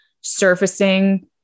surfacing